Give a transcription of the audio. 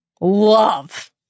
love